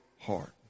heart